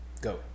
Go